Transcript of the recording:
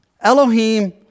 Elohim